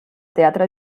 teatre